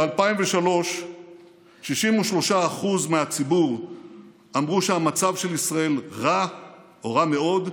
ב-2003 63% מהציבור אמרו שהמצב של ישראל רע או רע מאוד,